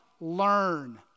learn